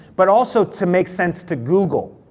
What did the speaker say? but also to make sense to google.